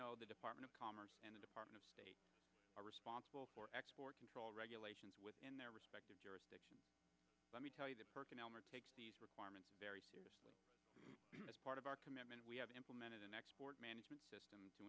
know the department of commerce and the department of state are responsible for export control regulations within their respective jurisdiction let me tell you that working elmer takes these requirements very seriously as part of our commitment we have implemented an export management system to